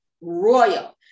royal